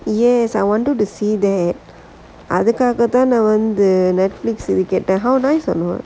yes I wanted to see that other than the [one] the Netflix you we get back how nice or not